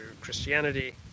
Christianity